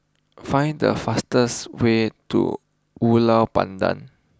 find the fastest way to Ulu Pandan